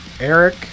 Eric